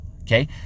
okay